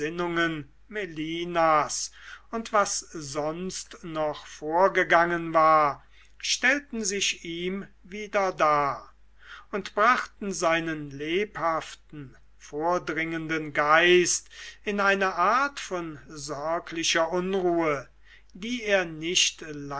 und was sonst noch vorgegangen war stellten sich ihm wieder dar und brachten seinen lebhaften vordringenden geist in eine art von sorglicher unruhe die er nicht